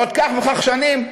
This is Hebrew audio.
בעוד כך וכך שנים,